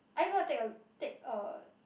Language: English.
are you gonna take a take a